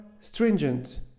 stringent